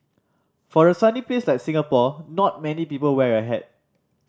for a sunny place like Singapore not many people wear a hat